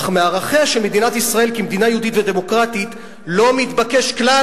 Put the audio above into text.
אך מערכיה של מדינת ישראל כמדינה יהודית ודמוקרטית לא מתבקש כלל,